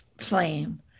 flame